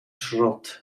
schrott